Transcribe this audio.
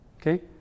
Okay